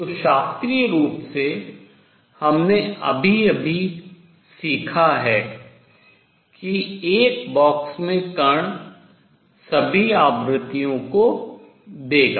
तो शास्त्रीय रूप से हमने अभी अभी सीखा है कि एक बॉक्स में कण सभी आवृत्तियों को देगा